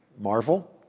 Marvel